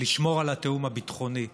לשמור על התיאום הביטחוני,